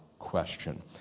Question